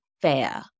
fair